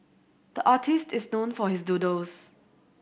the artist is known for his doodles